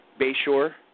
Bayshore